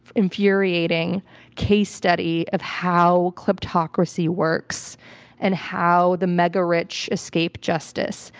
infuriating case study of how kleptocracy works and how the mega-rich escape justice.